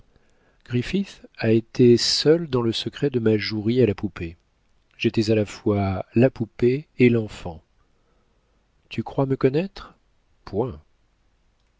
a été seule dans le secret de ma jouerie à la poupée j'étais à la fois la poupée et l'enfant tu crois me connaître point